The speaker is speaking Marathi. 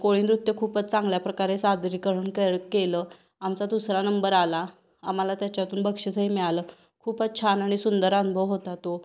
कोळीनृत्य खूपच चांगल्या प्रकारे सादरी करून के केलं आमचा दुसरा नंबर आला आम्हाला त्याच्यातून बक्षीसही मिळालं खूपच छान आणि सुंदर अनुभव होता तो